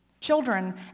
Children